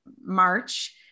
March